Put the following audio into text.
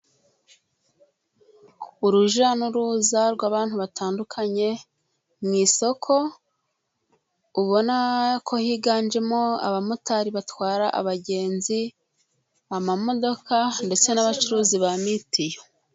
Urujya n'uruza rw'abantu batandukanye mu isoko, ubona ko higanjemo abamotari batwara abagenzi, amamodoka ndetse n'abacuruzi ba mitiyu.